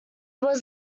was